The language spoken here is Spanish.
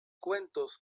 cuentos